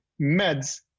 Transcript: Meds